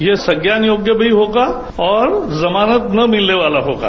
यह संज्ञान योग्य भी होगा और जमानत ना मिलने वाला होगा